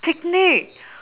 picnics